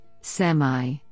semi